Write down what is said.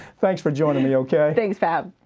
thanks for joining me. okay. thanks pap.